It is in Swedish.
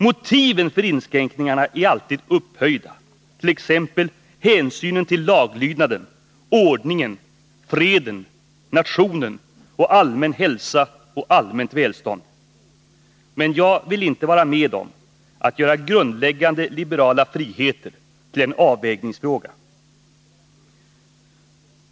Motiven för inskränkningarna är alltid upphöjda, t.ex. hänsynen till laglydnaden, ordningen, freden, nationen och allmän hälsa och allmänt välstånd. Men jag vill inte vara med om att göra grundläggande liberala friheter till en avvägningsfråga.